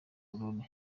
aurore